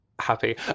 happy